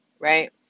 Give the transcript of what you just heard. Right